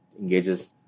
engages